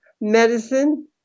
medicine